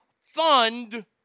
fund